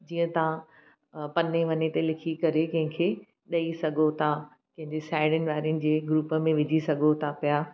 जीअं तव्हां अ पने वन्ने ते लिखी करे कंहिं खे ॾेई सघो था कंहिंजे साहेड़ियुनि वाहिड़िन जे ग्रुप में विझी सघो था पिया